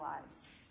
lives